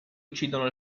uccidono